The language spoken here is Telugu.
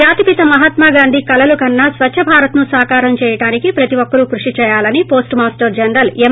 జాతిపిత మహాత్మాగాంధీ కలలు కన్న స్వచ్చ భారత్ ను సాకారం చేయడానికి ప్రతి ఒక్కరు కృషి చేయాలని పోస్ట్ మాస్టర్ జనరల్ ఎం